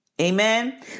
Amen